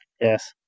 Yes